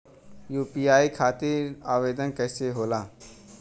UPI खातिर आवेदन कैसे होला?